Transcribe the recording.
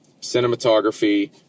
Cinematography